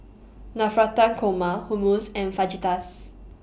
Navratan Korma Hummus and Fajitas